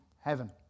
heaven